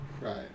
Right